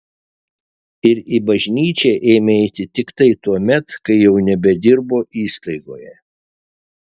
ir į bažnyčią ėmė eiti tiktai tuomet kai jau nebedirbo įstaigoje